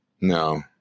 no